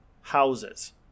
houses